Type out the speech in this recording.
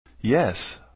Yes